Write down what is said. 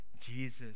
Jesus